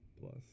Plus